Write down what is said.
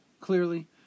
clearly